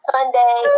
Sunday